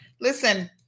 Listen